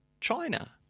China